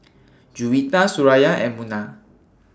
Juwita Suraya and Munah